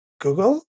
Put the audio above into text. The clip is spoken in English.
Google